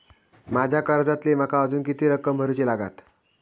माझ्या कर्जातली माका अजून किती रक्कम भरुची लागात?